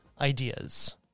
ideas